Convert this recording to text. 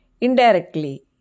indirectly